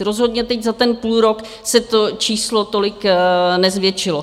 Rozhodně teď za ten půlrok se to číslo tolik nezvětšilo.